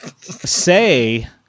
Say